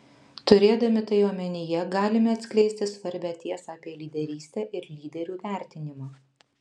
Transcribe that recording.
turėdami tai omenyje galime atskleisti svarbią tiesą apie lyderystę ir lyderių vertinimą